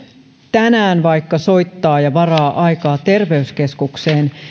tänään vaikka soittaa ja varaa aikaa terveyskeskukseen